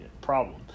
problem